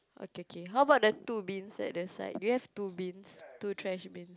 okay okay how about the two bins at the side do you have two bins two trash bins